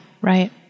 right